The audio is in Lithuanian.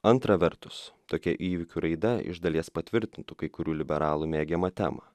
antra vertus tokia įvykių raida iš dalies patvirtintų kai kurių liberalų mėgiamą temą